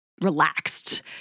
relaxed